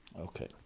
okay